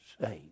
saved